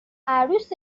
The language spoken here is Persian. عروس